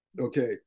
Okay